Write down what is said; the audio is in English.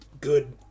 good